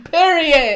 Period